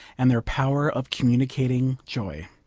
and their power of communicating joy.